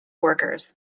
workers